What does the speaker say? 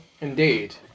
Indeed